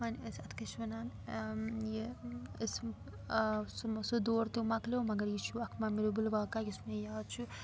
وۄنۍ ٲسۍ اَتھ کیٛاہ چھِ وَنان یہِ أسۍ سُہ مہ سُہ دور تہِ مۄکلیو مگر یہِ چھُ اَکھ مٮ۪موریبٕل واقعہ یُس مےٚ یاد چھُ